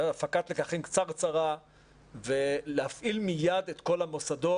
הפקת לקחים קצרצרה ולהפעיל מייד את כל המוסדות.